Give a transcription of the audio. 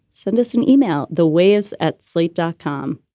send us an email. the waves at slate dot com.